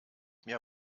mir